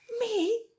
Me